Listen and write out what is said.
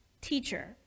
Teacher